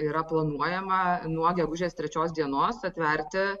yra planuojama nuo gegužės trečios dienos atverti